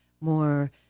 more